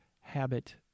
habit